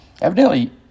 Evidently